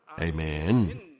Amen